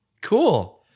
Cool